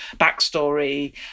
backstory